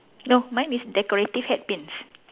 no mine is decorative hat pins